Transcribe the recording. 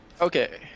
Okay